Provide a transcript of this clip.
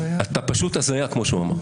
אתה פשוט הזיה, כמו שהוא אמר.